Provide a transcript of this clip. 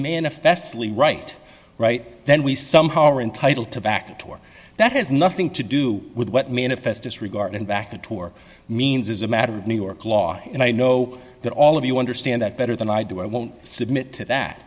manifestly right right then we somehow are entitle to back door that has nothing to do with what manifest disregard and back and tore means is a matter of new york law and i know that all of you understand that better than i do i won't submit to that